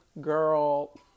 girl